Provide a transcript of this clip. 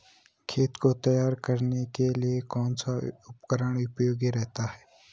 खेत को तैयार करने के लिए कौन सा उपकरण उपयोगी रहता है?